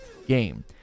game